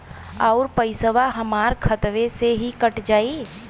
अउर पइसवा हमरा खतवे से ही कट जाई?